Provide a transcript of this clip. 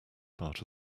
part